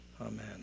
Amen